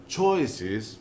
choices